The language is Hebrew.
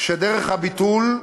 כשדרך הביטול,